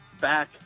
back